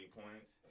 points